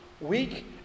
week